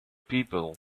people